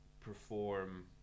perform